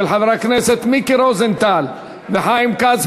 של חברי הכנסת מיקי רוזנטל וחיים כץ,